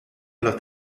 los